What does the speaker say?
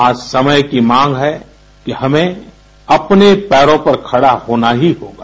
आज समय की मांग है कि हमें अपने पैरों पर खड़ा होना ही होगा